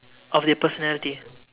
of their personality